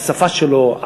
השפה שלו,